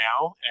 now